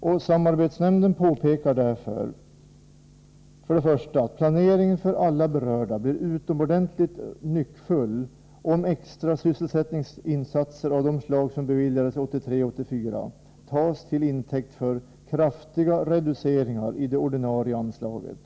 Samarbetsnämnden påpekar därför: För det första: Planeringen för alla berörda blir utomordentligt nyckfull, om extra sysselsättningsinsatser av det slag som beviljades 1983/84 tas till intäkt för kraftiga reduceringar av det ordinarie anslaget.